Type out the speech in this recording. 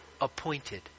appointed